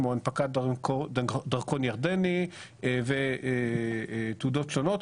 כמו הנפקת דרכון ירדני ותעודות שונות,